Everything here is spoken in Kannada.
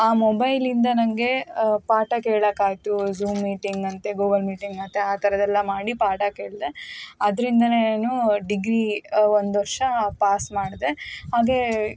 ಆ ಮೊಬೈಲಿಂದ ನನಗೆ ಪಾಠ ಕೇಳೋಕಾಯ್ತು ಜೂಮ್ ಮೀಟಿಂಗ್ ಅಂತೆ ಗೂಗಲ್ ಮೀಟಿಂಗ್ ಅಂತೆ ಆ ಥರದ್ದೆಲ್ಲ ಮಾಡಿ ಪಾಠ ಕೇಳಿದೆ ಅದರಿಂದಲೇ ಏನು ಡಿಗ್ರಿ ಒಂದು ವರ್ಷ ಪಾಸ್ ಮಾಡಿದೆ ಹಾಗೆ